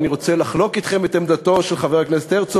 אני רוצה לחלוק אתכם את עמדתו של חבר הרצוג